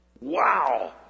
Wow